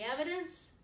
evidence